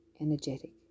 energetic